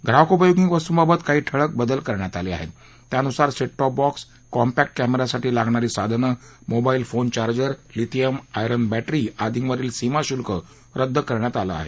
ग्राहकोपयोगी वस्तूंबाबत काही ठळक बदल करण्यात आले आहेत त्यानुसार set top box compact camera यासाठी लागणारी साधनं mobile phone charger lithium iron battery आदींवरील सीमाशुल्क रद्द करण्यात आलं आहे